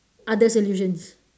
other solutions